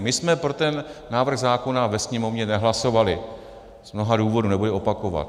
My jsme pro ten návrh zákona ve Sněmovně nehlasovali, z mnoha důvodů, nebudu je opakovat.